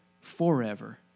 forever